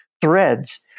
threads